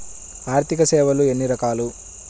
ఆర్థిక సేవలు ఎన్ని రకాలు?